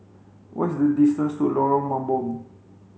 what is the distance to Lorong Mambong